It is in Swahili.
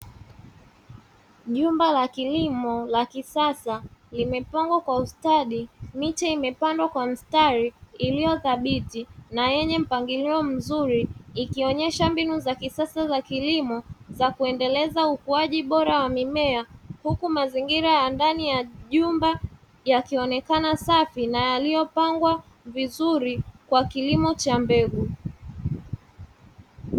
Jumba la kilimo la kisasa limepandwa kwa ustadi, miche imepandwa kwa mstari uliothabiti na yenye mpangilio mzuri ikionyesha mbinu za kisasa za kilimo za kuendelea ukuaji bora wa mimea. Huku mazingira ya ndani ya jumba yakionekana safi na yaliopangwa vizuri kwa kilimo cha mbegu.